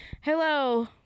hello